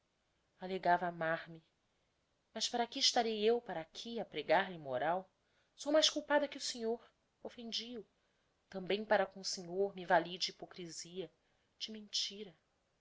allegava amar-me mas para que estarei eu para aqui a prégar lhe moral sou mais culpada que o senhor offendi o tambem para com o senhor me vali de hyprocrisia de mentira